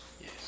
Yes